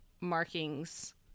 markings